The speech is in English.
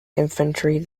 infantry